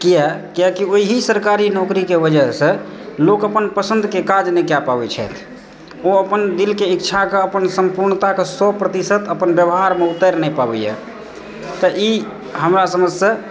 किआ किआकि ओहि सरकारी नौकरीके वजहसँ लोक अपन पसन्द कऽ काज नहि कए पाबै छथि ओ अपन दिलके इच्छाके अपन सम्पूर्णताके सए प्रतिशत अपन व्यवहारमे उतरि नहि पाबैए तऽ ई हमरा समझसँ